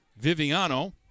Viviano